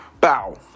Bow